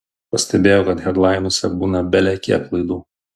pastebėjau kad hedlainuose būna belekiek klaidų